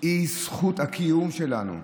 היא זכות הקיום שלנו,